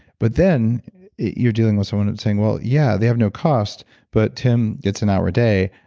but then you're dealing with someone and saying, well, yeah, they have no costs but tim gets an hour a day.